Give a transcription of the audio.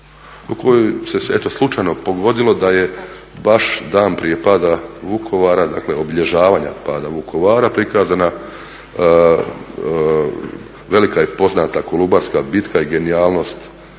koje se eto slučajno pogodilo da je baš dan prije pada Vukovara, dakle obilježavanja pada Vukovara prikazana velika i poznata Kolubarska bitka i genijalnost